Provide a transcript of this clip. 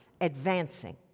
advancing